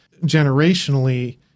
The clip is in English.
generationally